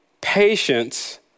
patience